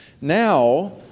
Now